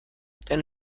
then